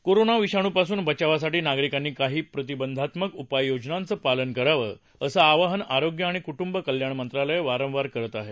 corona विषाणूपासून बचावासाठी नागरिकांनी काही प्रतिबंधात्मक उपाययोजनांचं पालन करावं असं आवाहन आरोग्य आणि कुटुंब कल्याण मंत्रालय वारंवार करत आहे